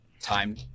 time